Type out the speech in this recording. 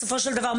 בסופו של דבר,